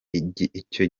icyo